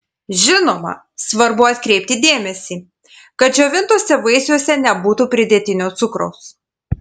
žinoma svarbu atkreipti dėmesį kad džiovintuose vaisiuose nebūtų pridėtinio cukraus